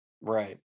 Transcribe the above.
Right